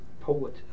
poet